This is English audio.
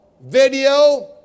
video